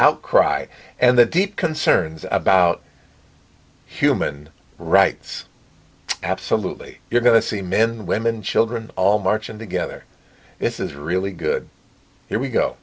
outcry and the deep concerns about human rights absolutely you're going to see men women children all marching together this is really good here we go